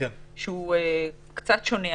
שהוא קצת שונה.